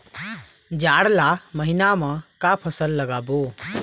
जाड़ ला महीना म का फसल लगाबो?